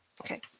Okay